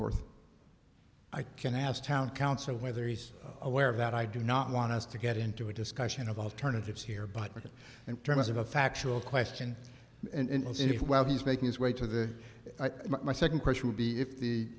forth i can ask town council whether he's aware of that i do not want us to get into a discussion of alternatives here but again and terms of a factual question and while he's making his way to the ice my second question would be if the